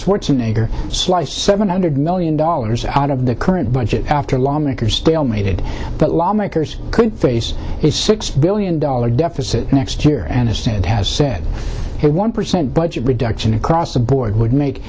schwarzenegger sliced seven hundred million dollars out of the current budget after lawmakers stalemated but lawmakers could face a six billion dollar deficit next year and instead has said hey one percent budget reduction across the board would make